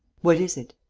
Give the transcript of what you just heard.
what is it?